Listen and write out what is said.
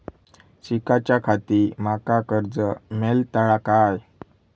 शिकाच्याखाती माका कर्ज मेलतळा काय?